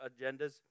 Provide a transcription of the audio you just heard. agendas